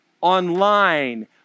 online